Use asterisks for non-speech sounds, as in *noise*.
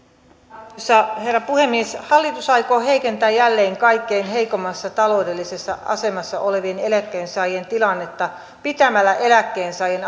arvoisa herra puhemies hallitus aikoo heikentää jälleen kaikkein heikoimmassa taloudellisessa asemassa olevien eläkkeensaajien tilannetta pitämällä eläkkeensaajan *unintelligible*